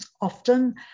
often